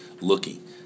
looking